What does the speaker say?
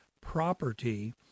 property